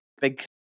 big